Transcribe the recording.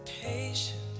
patient